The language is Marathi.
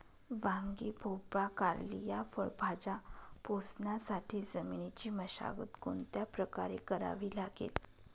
वांगी, भोपळा, कारली या फळभाज्या पोसण्यासाठी जमिनीची मशागत कोणत्या प्रकारे करावी लागेल?